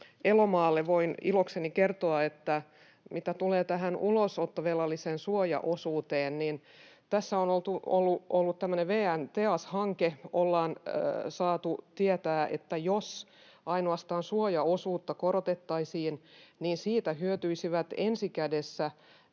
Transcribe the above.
Elomaalle voin ilokseni kertoa, että mitä tulee tähän ulosottovelallisen suojaosuuteen, niin tässä on ollut tämmöinen VN TEAS-hanke ja ollaan saatu tietää, että jos ainoastaan suojaosuutta korotettaisiin, niin siitä hyötyisivät ensi kädessä